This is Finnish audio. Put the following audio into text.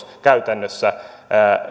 käytännössä